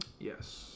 Yes